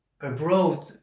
abroad